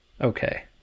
Okay